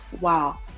wow